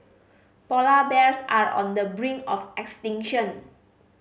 polar bears are on the brink of extinction